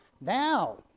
Now